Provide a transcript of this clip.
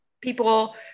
people